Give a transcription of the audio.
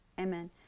Amen